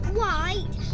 white